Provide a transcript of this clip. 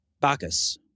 Bacchus